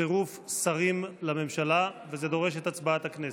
צירוף שרים לממשלה וזה דורש את הצבעת הכנסת.